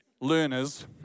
learners